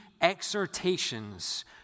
exhortations